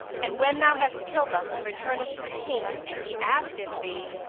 and when thou hast killed us and returnest to the king and he asketh thee,